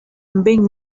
being